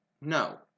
No